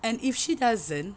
and if she doesn't